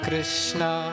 Krishna